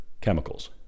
chemicals